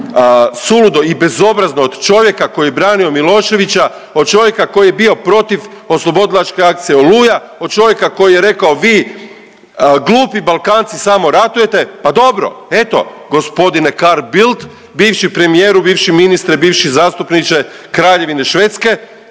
suludo i bezobrazno od čovjeka koji je branio Miloševića, od čovjeka koji je bio protiv oslobodilačke akcije Oluja, od čovjeka koji je rekao vi glupi Balkanci samo ratujete, pa dobro, eto, g. Carl Bildt, bivši premijeru, bivši ministre, bivši zastupniče Kraljevine Švedske,